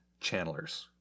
channelers